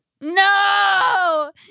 No